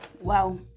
Wow